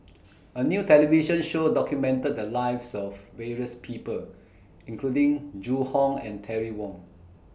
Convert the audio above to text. A New television Show documented The Lives of various People including Zhu Hong and Terry Wong